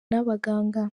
abaganga